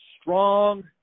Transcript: strong